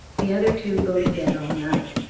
the other two go to bed all night.